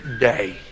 day